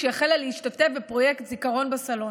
כשהחלה להשתתף בפרויקט זיכרון בסלון.